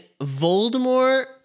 Voldemort